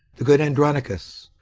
the good andronicus,